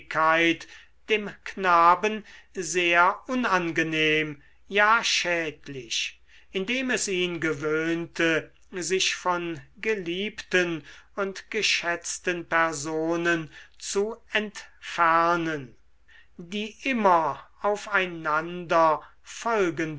dem knaben sehr unangenehm ja schädlich indem es ihn gewöhnte sich von geliebten und geschätzten personen zu entfernen die immer auf